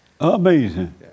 Amazing